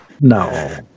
No